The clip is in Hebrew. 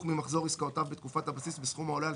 ממחזור עסקאותיו בתקופת הבסיס בסכום העולה על